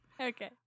Okay